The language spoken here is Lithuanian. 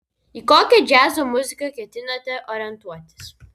į kokią džiazo muziką ketinate orientuotis